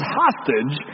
hostage